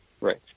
Right